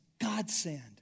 godsend